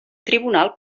tribunal